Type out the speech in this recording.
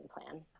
plan